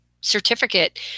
certificate